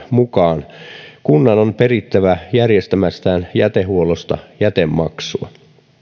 mukaan kunnan on perittävä järjestämästään jätehuollosta jätemaksua